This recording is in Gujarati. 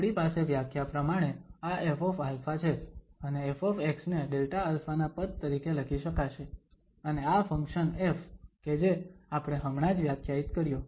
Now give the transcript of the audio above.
આપણી પાસે વ્યાખ્યા પ્રમાણે આ Fα છે અને ƒ ને Δα ના પદ તરીકે લખી શકાશે અને આ ફંક્શન F કે જે આપણે હમણાં જ વ્યાખ્યાયિત કર્યો